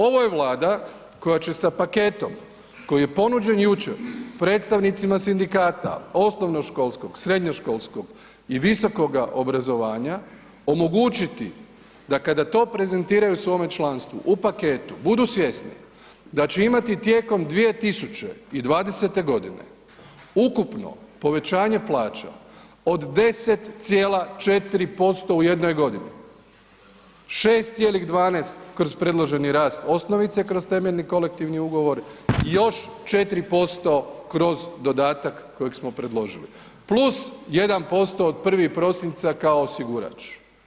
Ovo je Vlada koja će sa paketom koji je ponuđen jučer predstavnicima sindikata osnovnoškolskog, srednjoškolskog i visokoga obrazovanja omogućiti da kada to prezentiraju svome članstvu u paketu budu svjesni da će imati tijekom 2020. godine ukupno povećanje plaća od 10,4% u jednoj godini, 6,12 kroz predloženi rast osnovice kroz temeljni kolektivni ugovor i još 4% kroz dodatak kojeg smo predložili, plus 1% od 1. prosinca kao osigurač.